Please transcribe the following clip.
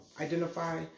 identify